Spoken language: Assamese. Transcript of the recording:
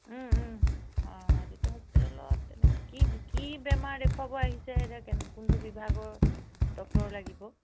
অঁ আদিত্য হস্পিটেলত এনে কি কি বেমাৰ দেখুৱাব আহিছে এতিয়া কেনে কোনটো বিভাগৰ ডক্তৰ লাগিব